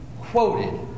quoted